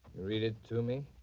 read it to me.